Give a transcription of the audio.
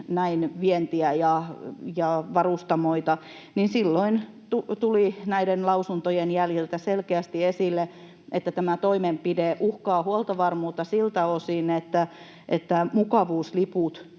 näin vientiä ja varustamoita, niin silloin tuli näiden lausuntojen jäljiltä selkeästi esille, että tämä toimenpide uhkaa huoltovarmuutta siltä osin, että mukavuusliput